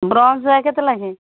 brush ଯାଏ କେତେ ଲାଖେ